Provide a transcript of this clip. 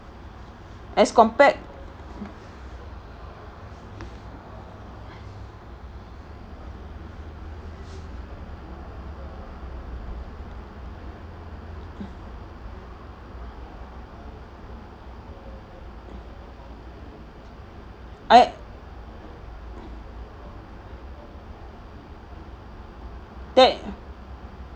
as compared I that